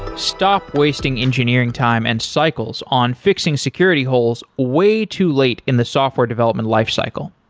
stop wasting engineering time and cycles on fixing security holes way too late in the software development lifecycle.